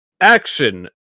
Action